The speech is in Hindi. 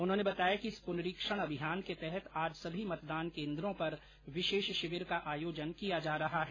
उन्होंने बताया कि इस पुनरीक्षण अभियान के तहत आज सभी मतदान केन्द्रो पर विशेष शिविर का आयोजन किया जा रहा है